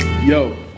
Yo